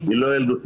היא לא ילדותית,